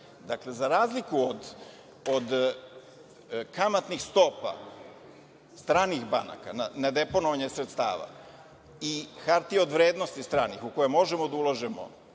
za razliku od kamatnih stopa stranih banaka na deponovanje sredstava i hartija od vrednosti stranih u koje možemo da ulažemo